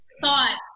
thought